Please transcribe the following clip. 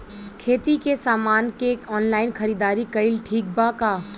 खेती के समान के ऑनलाइन खरीदारी कइल ठीक बा का?